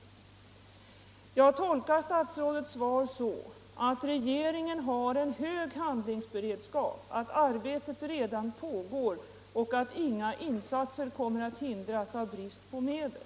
Jag tolkar statsrådets svar så att regeringen har en hög handlingsberedskap, att arbetet redan pågår och att inga insatser kommer att hindras av brist på medel.